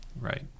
right